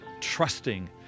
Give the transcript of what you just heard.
trusting